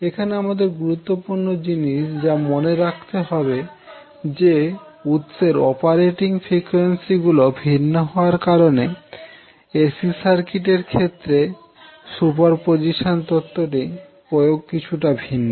এখানে আমাদের গুরুত্বপূর্ণ জিনিস যা মনে রাখতে হবে যে উৎসের অপারেটিং ফ্রিকোয়েন্সিগুলো ভিন্ন হওয়ার কারণে এসি সার্কিটের ক্ষেত্রে সুপারপজিশন তত্ত্বটির প্রয়োগ কিছুটা ভিন্ন